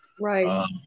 Right